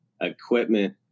equipment